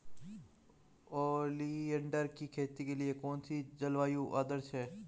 Oleander की खेती के लिए कौन सी जलवायु आदर्श है?